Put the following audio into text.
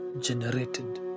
generated